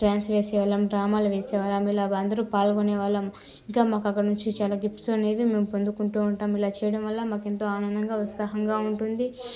dance వేసేవాళ్లం డ్రామాలు వేసేవాళ్లం ఇలా అందరు పాలుగునేవాళ్లం ఇంకా మాకు అక్కడినుంచి చాలా గిఫ్ట్స్ అనేవి మేము పొందుకుంటూ ఉంటాం ఇలా చేయడం వల్ల మాకెంతో ఆనందంగా ఉత్సాహంగా ఉంటుంది